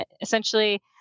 essentially